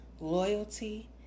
loyalty